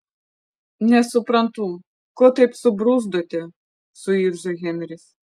nesuprantu ko taip subruzdote suirzo henris